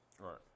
Right